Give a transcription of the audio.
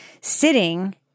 sitting